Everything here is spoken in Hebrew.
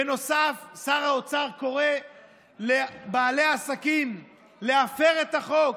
בנוסף, שר האוצר קורא לבעלי עסקים להפר את החוק.